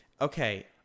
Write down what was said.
okay